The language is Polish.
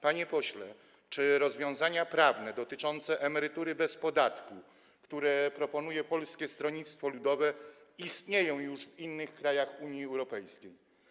Panie pośle, czy rozwiązania prawne dotyczące emerytury bez podatku, które proponuje Polskie Stronnictwo Ludowe, już istnieją w innych krajach Unii Europejskiej?